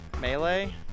melee